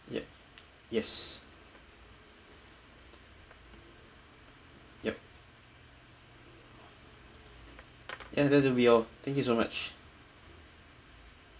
ya yes ya ya that'll be all thank you so much